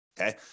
okay